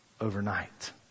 overnight